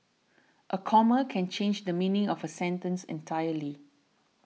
a comma can change the meaning of a sentence entirely